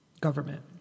government